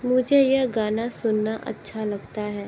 मुझे यह गाना सुनना अच्छा लगता है